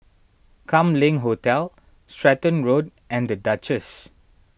Kam Leng Hotel Stratton Road and the Duchess